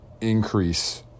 increase